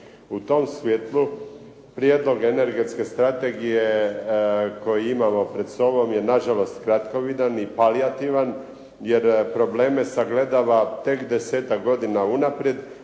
U tom svjetlu prijedlog energetske strategije koji imamo pred sobom je na žalost i palijativan, jer probleme sagledava tek desetak godina unaprijed